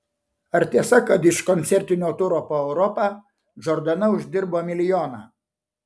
ar tiesa kad iš koncertinio turo po europą džordana uždirbo milijoną